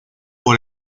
por